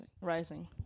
rising